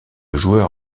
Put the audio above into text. joueur